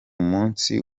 munsi